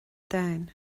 domhan